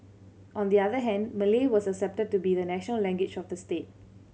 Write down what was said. on the other hand Malay was accepted to be the national language of the state